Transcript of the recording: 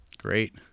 great